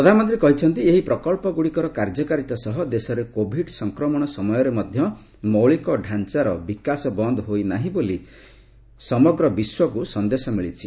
ପ୍ରଧାନମନ୍ତ୍ରୀ କହିଛନ୍ତି ଏହି ପ୍ରକଳ୍ପଗୁଡିକର କାର୍ଯ୍ୟକାରିତା ସହ ଦେଶରେ କୋଭିଡ୍ ସଂକ୍ରମଣ ସମୟରେ ମଧ୍ୟ ମୌଳିକଢାଞ୍ଚା ବିକାଶ ବନ୍ ହୋଇ ନାହିଁ ବୋଲି ସମଗ୍ର ବିଶ୍ୱକୁ ସନ୍ଦେଶ ମିଳିଛି